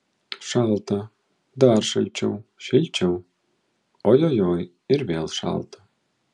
šalta dar šalčiau šilčiau ojojoi ir vėl šalta